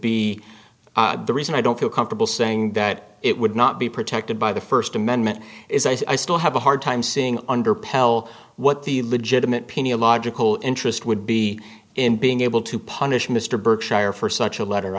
be the reason i don't feel comfortable saying that it would not be protected by the first amendment is i still have a hard time seeing under pelle what the legitimate pea logical interest would be in being able to punish mr berkshire for such a letter